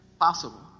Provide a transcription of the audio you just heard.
Possible